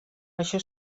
això